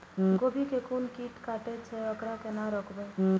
गोभी के कोन कीट कटे छे वकरा केना रोकबे?